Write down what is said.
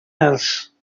else